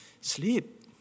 sleep